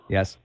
Yes